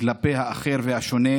לאחר ולשונה,